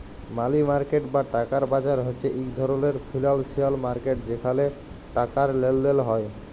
মালি market বা টাকার বাজার হছে ইক ধরলের ফিল্যালসিয়াল মার্কেট যেখালে টাকার লেলদেল হ্যয়